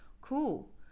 cool